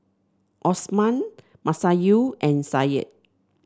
Osman Masayu and Said